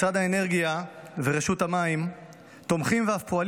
משרד האנרגיה ורשות המים תומכים ואף פועלים